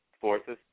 Forces